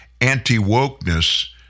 anti-wokeness